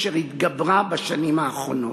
אשר התגברה בשנים האחרונות,